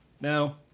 Now